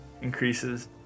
increases